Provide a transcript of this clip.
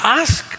ask